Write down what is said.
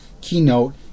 Keynote